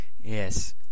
Yes